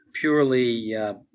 purely